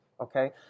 okay